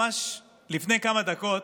ממש לפני כמה דקות,